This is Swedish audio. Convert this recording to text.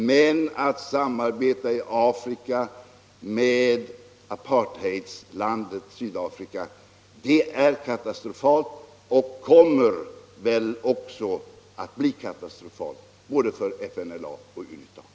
Men att samarbeta i Afrika med apartheidlandet Sydafrika är katastrofalt och kommer väl också att bli katastrofalt både för FNLA och UNITA.